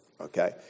Okay